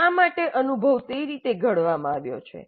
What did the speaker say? શા માટે અનુભવ તે રીતે ઘડવામાં આવ્યો છે